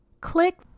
click